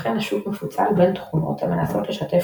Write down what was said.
לכן השוק מפוצל בין תכונות המנסות לשתף